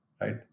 right